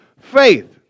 faith